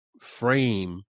frame